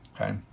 okay